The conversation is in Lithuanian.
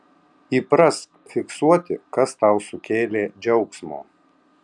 įprask fiksuoti kas tau sukėlė džiaugsmo